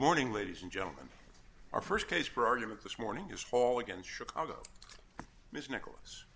morning ladies and gentlemen our st case for argument this morning is call again chicago ms nichol